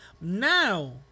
Now